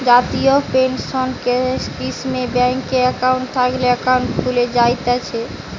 জাতীয় পেনসন স্কীমে ব্যাংকে একাউন্ট থাকলে একাউন্ট খুলে জায়তিছে